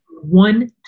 one